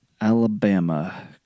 Alabama